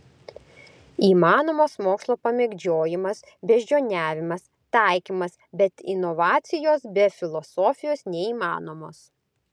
įmanomas mokslo pamėgdžiojimas beždžioniavimas taikymas bet inovacijos be filosofijos neįmanomos